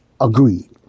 agreed